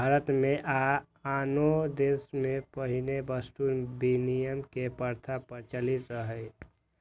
भारत मे आ आनो देश मे पहिने वस्तु विनिमय के प्रथा प्रचलित रहै